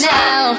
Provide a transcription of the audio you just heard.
now